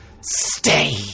stay